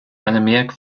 annemiek